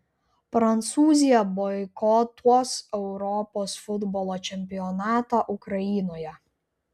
prancūzija boikotuos europos futbolo čempionatą ukrainoje